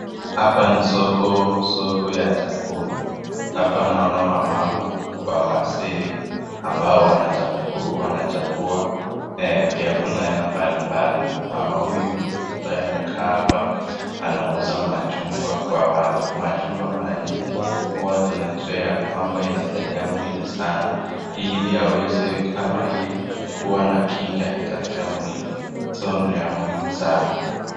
Hapa ni siko, soko ya chakula, hapa naonanwamama kwa wazee ambao sanachagua vyakula aina mbalimbali, mama huyu ambaye amekaa hapa, anauza machungwa kwa watu, machungwa mara nyingi huwa tunajua yakwamba inasaidia mwili sana, ili aweze ili ama kuwa na kinga katika mwili, ni ya muhimu sana.